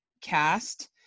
cast